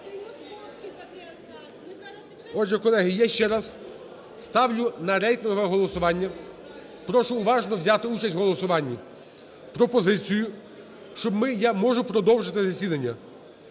Отже, колеги, я ще раз ставлю на рейтингове голосування, прошу уважно взяти участь в голосуванні, пропозицію… Я можу продовжити засідання.